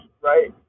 right